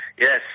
Yes